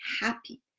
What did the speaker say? happy